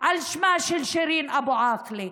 שמה של שירין אבו עאקלה,